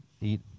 eat